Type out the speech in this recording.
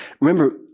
remember